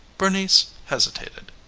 bernice hesitated.